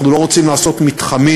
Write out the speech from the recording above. אנחנו לא רוצים לעשות מתחמים